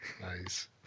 Nice